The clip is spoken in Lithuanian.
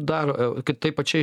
dar tai pačiai